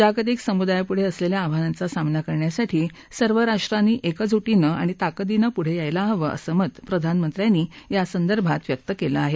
जागतिक समुदायापूढे असलेल्या आव्हानांचा सामना करण्यासाठी सर्व राष्ट्रांना एकजुटीनं आणि ताकदीनं पुढे यायला हवं असं मत प्रधानमंत्र्यांनी यासंदर्भात व्यक्त केलं आहे